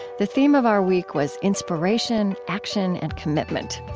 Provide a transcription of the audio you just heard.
the theme of our week was inspiration, action, and commitment.